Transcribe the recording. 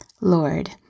Lord